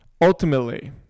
Ultimately